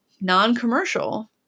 non-commercial